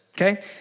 okay